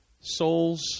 souls